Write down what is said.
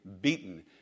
beaten